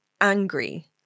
angry